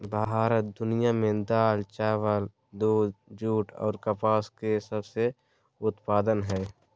भारत दुनिया में दाल, चावल, दूध, जूट आ कपास के सबसे उत्पादन हइ